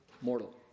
mortal